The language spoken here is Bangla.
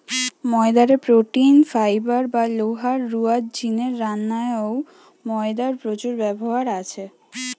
ময়দা রে প্রোটিন, ফাইবার বা লোহা রুয়ার জিনে রান্নায় অউ ময়দার প্রচুর ব্যবহার আছে